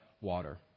water